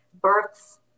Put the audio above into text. births